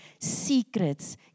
secrets